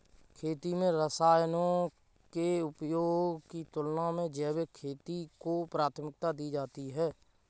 खेती में रसायनों के उपयोग की तुलना में जैविक खेती को प्राथमिकता दी जाती है